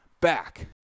back